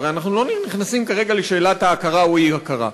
הרי אנחנו לא נכנסים כרגע לשאלת ההכרה או האי-הכרה,